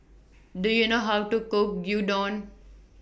Do YOU know How to Cook Gyudon